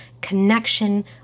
connection